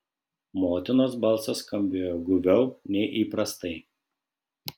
motinos balsas skambėjo guviau nei įprastai